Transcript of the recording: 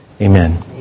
Amen